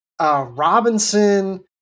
Robinson